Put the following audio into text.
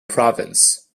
province